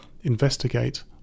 investigate